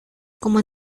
como